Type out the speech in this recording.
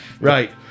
Right